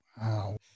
wow